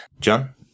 John